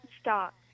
stop